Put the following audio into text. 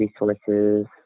resources